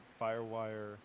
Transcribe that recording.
Firewire